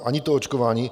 Ani to očkování.